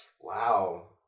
Wow